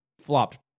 flopped